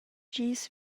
gis